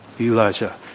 Elijah